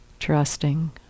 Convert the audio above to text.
Trusting